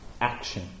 action